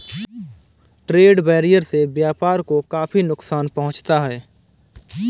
trade barrier से व्यापार को काफी नुकसान पहुंचता है